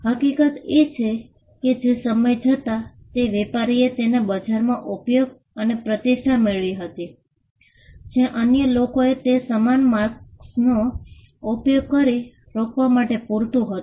હકીકત એ છે કે સમય જતાં જે વેપારીએ તેનો બજારમાં ઉપયોગ અને પ્રતિષ્ઠા મેળવી હતી જે અન્ય લોકોને તે સમાન માર્કસનો ઉપયોગ કરવાથી રોકવા માટે પૂરતું હતું